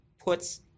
puts